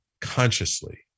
consciously